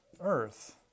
earth